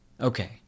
Okay